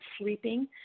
sleeping